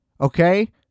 Okay